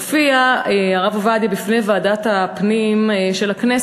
הוא הופיע בפני ועדת הפנים של הכנסת,